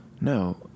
no